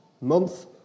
Month